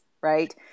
right